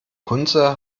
kunze